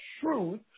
truth